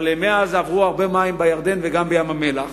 אבל מאז עברו הרבה מים בירדן, וגם בים-המלח.